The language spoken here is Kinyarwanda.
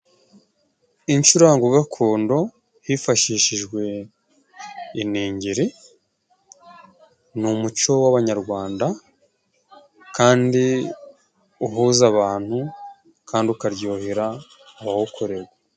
Incurango gakondo hifashishijwe iningiri ni umuco w'abanyarwanda kandi uhuza abantu kandi ukaryohera abawukorewe.